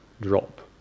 drop